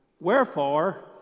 Wherefore